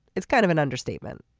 it's kind of an understatement.